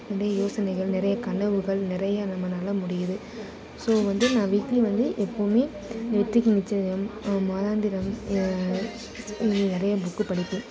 அப்டியே யோசனைகள் நிறைய கனவுகள் நிறைய நம்மளால முடியுது ஸோ வந்து நான் வீக்லி வந்து எப்போவுமே வெற்றிகள் நிச்சயம் மாதாந்திரம் நிறைய புக்கு படிப்பேன்